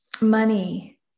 money